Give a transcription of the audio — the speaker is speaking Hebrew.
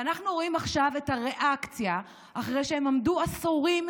ואנחנו רואים עכשיו את הריאקציה אחרי שהם עמדו עשורים,